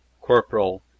Corporal